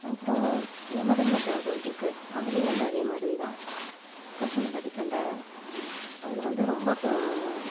அப்றம் எமதர்மராஜா கோவில் இருக்குது அதுலேயும் வந்து அதே மாதிரி தான் புருஷன் பொண்டாட்டி சண்டை அதில் வந்து ரொம்ப தோ